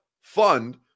fund